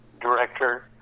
director